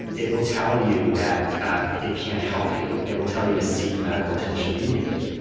it will tell you that it can't help you and it will tell you to seek medical attention immediately.